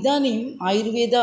इदानीम् आयुर्वेद